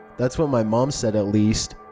that's what my mom said, at least.